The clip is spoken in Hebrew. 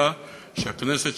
ותודה שהכנסת